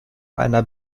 einer